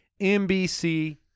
NBC